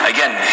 Again